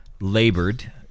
labored